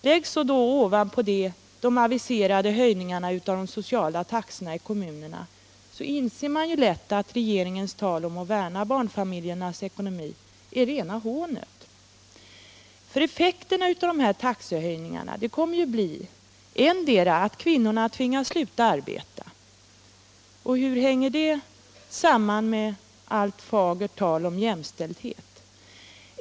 Läggs så ovanpå det de aviserade höjningarna av de sociala taxorna i kommunerna, inser man lätt att regeringens tal om att värna barnfamiljernas ekonomi är rena hånet. Effekterna av dessa taxehöjningar kommer nämligen endera att bli att kvinnorna tvingas sluta arbeta — och hur hänger det samman med allt fagert tal om jämställdhet?